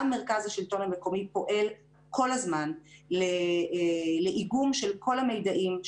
גם מרכז השלטון המקומי פועל כל הזמן לאיגום של כל המידעים,